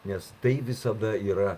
nes tai visada yra